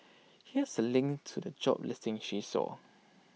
here's A link to the job listing she saw